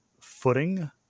footing